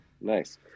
Nice